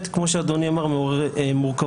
כמו שאדוני אמר, זה מעורר מורכבויות.